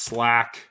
Slack